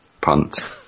Punt